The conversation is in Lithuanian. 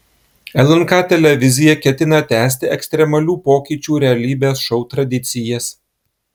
lnk televizija ketina tęsti ekstremalių pokyčių realybės šou tradicijas